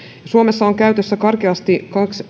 suomessa on käytössä karkeasti